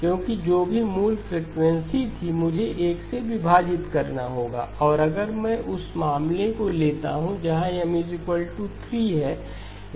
क्योंकि जो भी मूल फ्रिकवेंसी थी मुझे 1 से विभाजित करना होगा और अगर मैं उस मामले को लेता हूं जहां M 3 है